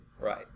Right